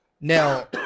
now